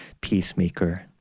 peacemaker